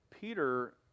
Peter